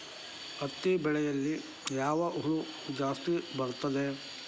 ಹತ್ತಿಯಲ್ಲಿ ಯಾವ ಹುಳ ಜಾಸ್ತಿ ಬರುತ್ತದೆ?